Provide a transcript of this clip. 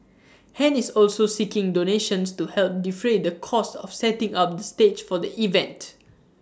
han is also seeking donations to help defray the cost of setting up the stage for the event